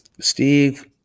Steve